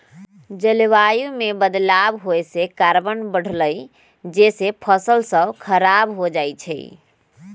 जलवायु में बदलाव होए से कार्बन बढ़लई जेसे फसल स खराब हो जाई छई